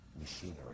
machinery